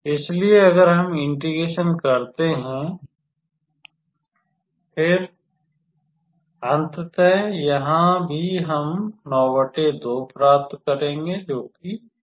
इसलिए अगर हम इंटिग्रेशन करते हैं फिर अंततः यहाँ भी हम 92 प्राप्त करेंगे जोकि 45